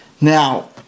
Now